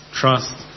trust